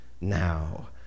now